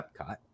epcot